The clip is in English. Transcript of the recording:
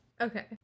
Okay